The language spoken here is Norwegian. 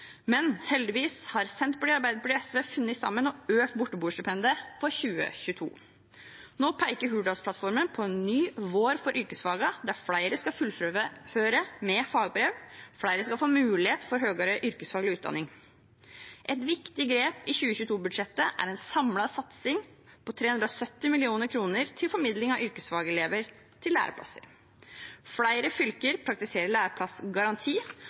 men heldigvis har Senterpartiet, Arbeiderpartiet og SV funnet sammen og økt borteboerstipendet for 2022. Nå peker Hurdalsplattformen på en ny vår for yrkesfagene, der flere skal fullføre med fagbrev, og flere skal få mulighet for høyere yrkesfaglig utdanning. Et viktig grep i 2022-budsjettet er en samlet satsing på 370 mill. kr til formidling av yrkesfagelever til læreplasser. Flere fylker praktiserer læreplassgaranti,